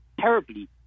terribly